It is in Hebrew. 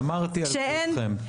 שמרתי על כולכם,